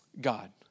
God